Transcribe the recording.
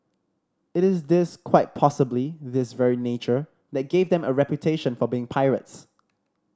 it is this quite possibly this very nature that gave them a reputation for being pirates